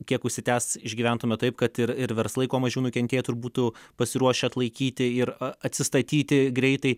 kiek užsitęs išgyventume taip kad ir ir verslai kuo mažiau nukentėtų ir būtų pasiruošę atlaikyti ir atsistatyti greitai